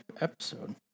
episode